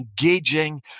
engaging